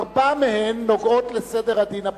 ארבע מהן נוגעות לסדר הדין הפלילי.